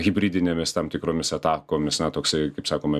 hibridinėmis tam tikromis atakomis na toksai kaip sakome